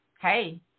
hey